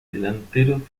delantero